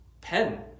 pen